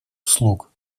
услуг